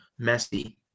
messi